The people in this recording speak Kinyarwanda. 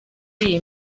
iyi